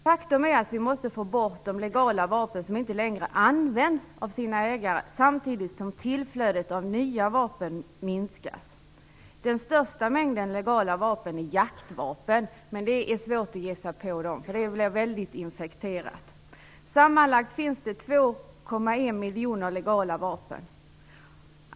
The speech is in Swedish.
Faktum är att vi måste få bort de legala vapen som inte längre används av sina ägare, samtidigt som tillflödet av nya vapen måste minskas. Den största mängden legala vapen är jaktvapen. Dessa är det dock svårt att ge sig på, eftersom det är väldigt infekterat. Sammanlagt finns det 2,1 miljoner legala vapen.